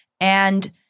And-